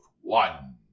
One